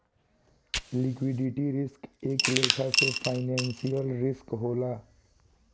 liquidity risk एक लेखा के फाइनेंशियल रिस्क होला